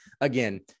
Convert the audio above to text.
again